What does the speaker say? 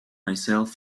myself